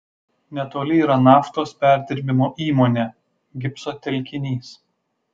netoli yra naftos perdirbimo įmonė gipso telkinys